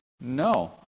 No